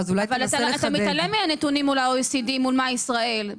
אבל אתה מתעלם מהנתונים של ה-OECD מול ישראל.